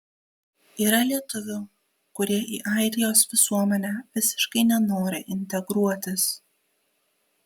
yra lietuvių kurie į airijos visuomenę visiškai nenori integruotis